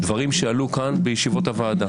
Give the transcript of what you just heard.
דברים שעלו כאן בישיבות הוועדה,